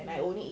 ya